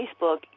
Facebook